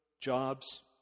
jobs